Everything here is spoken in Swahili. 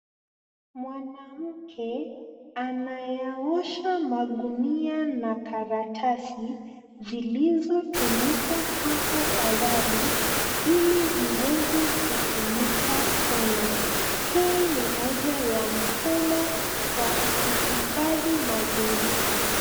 Mwaname anayaosha magunia na karatasi zilizotumik hapo awali ili ziweze kutumika tena. Hii ni moja ya mfumo ya kuhifadhi mazingira.